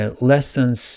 lessons